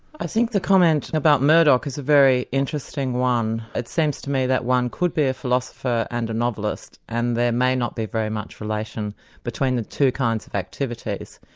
i think the comment about murdoch is a very interesting one. it seems to me that one could be a philosopher and a novelist and there may not be very much relation between the two kinds of activities.